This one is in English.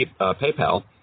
PayPal